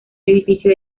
edificio